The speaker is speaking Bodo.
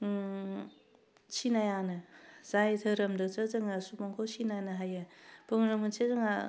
सिनायानो जाय धोरोमजोंसो जोङो सुबुंखौ सिनायनो हायो बुंनो मोनसे जोंहा